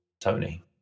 Tony